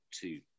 two